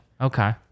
Okay